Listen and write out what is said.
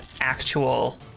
actual